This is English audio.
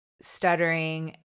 stuttering